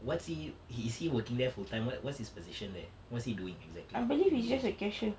what's he is he working there full time what what's his position there what's he doing exactly in B_H_G